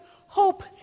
hope